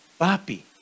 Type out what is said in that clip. Papi